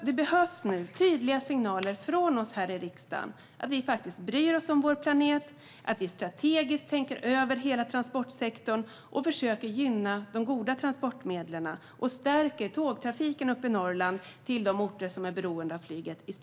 Det behövs nu tydliga signaler från oss här i riksdagen om att vi faktiskt bryr oss om vår planet och att vi strategiskt tänker över hela transportsektorn och försöker gynna de goda transportmedlen och i stället stärker tågtrafiken till de orter i Norrland som är beroende av flyget.